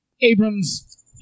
Abrams